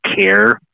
care